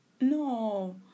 No